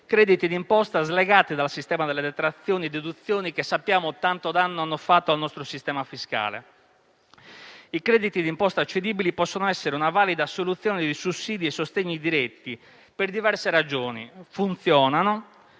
crediti d'imposta slegati dal sistema delle detrazioni e deduzioni che sappiamo tanto danno hanno fatto al nostro sistema fiscale. I crediti d'imposta cedibili possono essere una valida soluzione di sussidi e sostegni diretti, per diverse ragioni: funzionano;